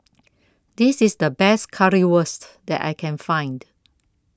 This IS The Best Currywurst that I Can Find